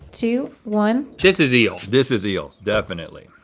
two, one. this is eel. this is eel. definitely,